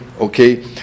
okay